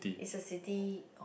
is a city